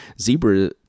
Zebra